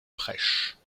prêche